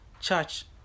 church